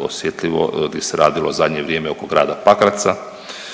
osjetljivo di se radilo zadnje vrijeme oko grada Pakraca